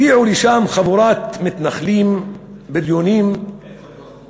הגיעו לשם חבורת מתנחלים בריונים, איפה?